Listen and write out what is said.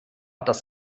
das